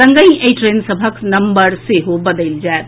संगहि एहि ट्रेन सभक नम्बर सेहो बदलि जायत